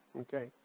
okay